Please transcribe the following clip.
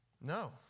No